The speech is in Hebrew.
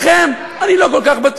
לגביכם, אני לא כל בטוח.